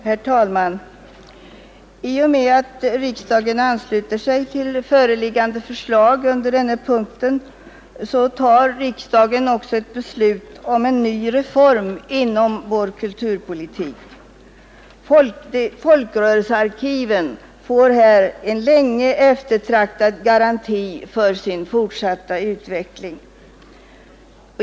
Herr talman! I och med att riksdagen ansluter sig till föreliggande förslag under denna punkt tar riksdagen också ett beslut om en reform inom vår kulturpolitik. Folkrörelsearkiven får härmed en länge eftertraktad garanti för sin fortsatta utveckling.